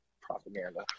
propaganda